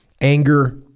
anger